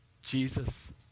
Jesus